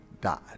died